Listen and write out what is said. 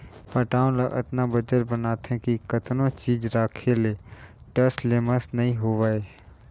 पटांव ल अतना बंजर बनाथे कि कतनो चीज राखे ले टस ले मस नइ होवय